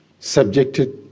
subjected